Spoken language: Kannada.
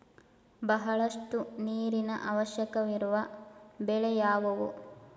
ಬಹಳಷ್ಟು ನೀರಿನ ಅವಶ್ಯಕವಿರುವ ಬೆಳೆ ಯಾವುವು?